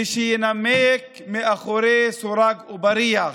ושיינמק מאחורי סורג ובריח.